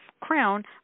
crown